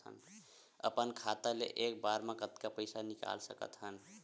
अपन खाता ले एक बार मा कतका पईसा निकाल सकत हन?